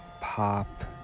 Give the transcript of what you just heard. pop